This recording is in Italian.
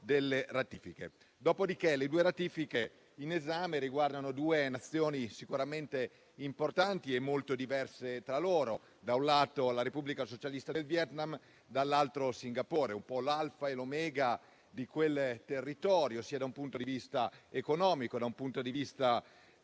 voto favorevole. Le due ratifiche in esame riguardano due Nazioni sicuramente importanti e molto diverse tra loro: da un lato, la Repubblica socialista del Vietnam e, dall'altro, Singapore, un po' l'alfa e l'omega di quel territorio, da un punto di vista economico e della loro